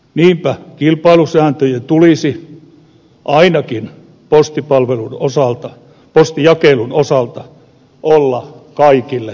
niinpä kilpailusääntöjen tulisi ainakin postijakelun osalta olla kaikille samat